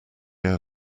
air